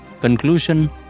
conclusion